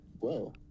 Whoa